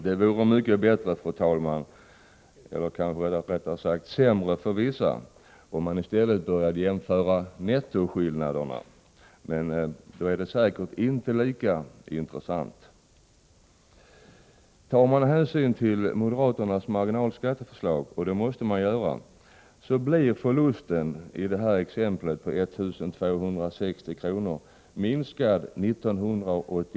Det vore mycket bättre — eller kanske rättare sagt sämre för vissa — om man i stället jämförde nettoskillnaderna, men då är det säkert inte lika intressant. Tar man hänsyn till moderaternas marginalskatteförslag — och det måste man göra — så blir förlusten i det nämnda exemplet, 1 260 kr., minskad till 100 kr.